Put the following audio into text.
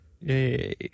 Yay